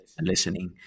listening